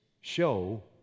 show